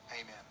Amen